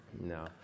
No